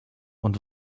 und